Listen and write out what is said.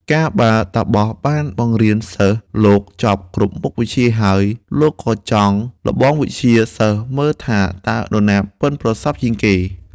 កាលបើតាបសបានបង្រៀនសិស្សលោកចប់គ្រប់មុខវិជ្ជាហើយ លោកក៏ចង់ល្បងវិជ្ជាសិស្សមើលថា តើនរណាប៉ិនប្រសប់ជាងគេ។